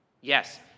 Yes